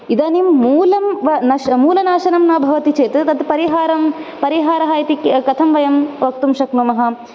इदानीं मूलं व नश् मूलनाशनं न भवति चेत् तत् परिहारं परिहारः इति कथं वयं वक्तुं शक्नुमः